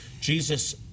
Jesus